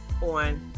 on